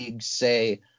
say